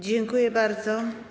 Dziękuję bardzo.